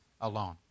alone